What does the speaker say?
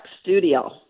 studio